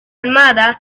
armada